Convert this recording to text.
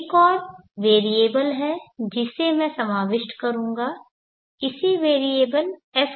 अब एक और वेरिएबल है जिसे मैं समाविष्ट करूंगा इसे वेरिएबल S कहा जाता है